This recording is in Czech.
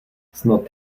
snad